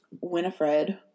Winifred